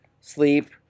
sleep